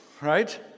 Right